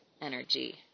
energy